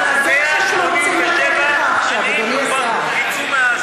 187,000 עניים יצאו מה,